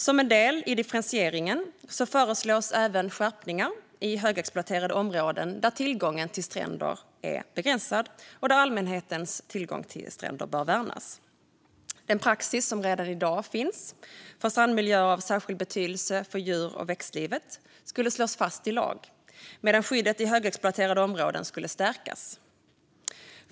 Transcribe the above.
Som en del i differentieringen föreslås även skärpningar i högexploaterade områden där tillgången till stränder är begränsad och där allmänhetens tillgång till stränder bör värnas. Den praxis som redan i dag finns för strandmiljöer av särskild betydelse för djur och växtliv skulle slås fast i lag, medan skyddet i högexploaterade områden skulle stärkas.